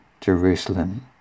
Jerusalem